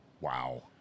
Wow